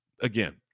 again